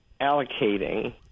allocating